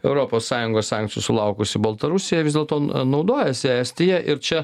europos sąjungos sankcijų sulaukusi baltarusija vis dėlto naudojasi estija ir čia